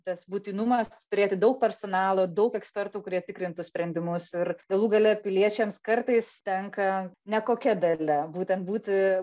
tas būtinumas turėti daug personalo daug ekspertų kurie tikrintų sprendimus ir galų gale piliečiams kartais tenka nekokia dalia būtent būti